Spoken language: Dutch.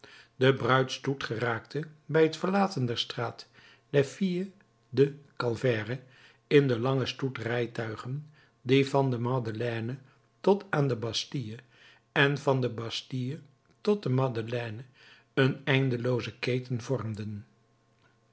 de bruidsstoet geraakte bij het verlaten der straat des filles du calvaire in den langen stoet rijtuigen die van de madeleine tot aan de bastille en van de bastille tot de madeleine een eindelooze keten vormden